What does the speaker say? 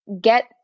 get